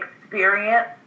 Experience